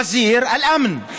וזיר אל-אמן.